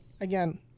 again